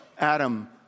Adam